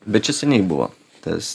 bet čia seniai buvo tas